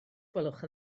gwelwch